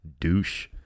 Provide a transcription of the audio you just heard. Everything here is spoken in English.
Douche